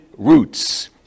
Roots